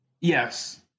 Yes